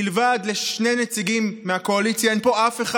מלבד שני נציגים מהקואליציה אין פה אף אחד.